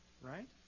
right